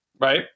Right